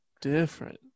different